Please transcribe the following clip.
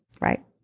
right